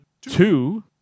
two